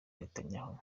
netanyahu